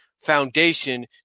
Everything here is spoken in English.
foundation